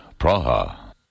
Praha